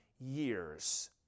Years